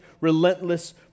relentless